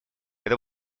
это